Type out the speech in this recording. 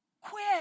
Quit